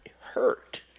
hurt